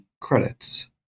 credits